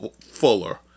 Fuller